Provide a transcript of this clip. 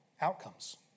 outcomes